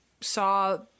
saw